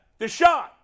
Deshaun